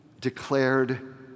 declared